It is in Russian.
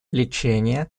лечение